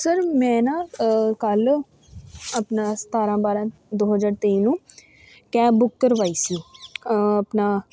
sir ਮੈਂ ਨਾ ਕੱਲ੍ਹ ਆਪਣਾ ਸਤਾਰ੍ਹਾਂ ਬਾਰ੍ਹਾਂ ਦੋ ਹਜ਼ਾਰ ਤੇਈ ਨੂੰ ਕੈਬ ਬੁੱਕ ਕਰਵਾਈ ਸੀ ਆਪਣਾ